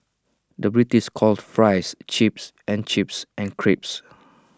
the British calls Fries Chips and Chips Crisps